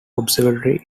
observatory